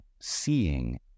seeing